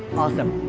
awesome.